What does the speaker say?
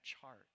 chart